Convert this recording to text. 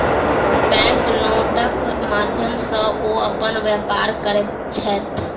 bank नोटक माध्यम सॅ ओ अपन व्यापार करैत छैथ